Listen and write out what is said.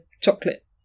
chocolate